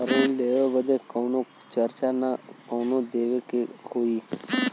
ऋण लेवे बदे कउनो खर्चा ना न देवे के होई?